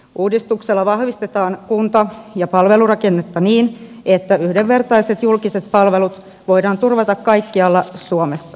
uudistuksella vahvistetaan kunta ja palvelurakennetta niin että yhdenvertaiset julkiset palvelut voidaan turvata kaikkialla suomessa